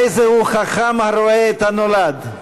איזהו חכם, הרואה את הנולד.